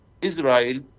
Israel